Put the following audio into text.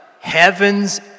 heaven's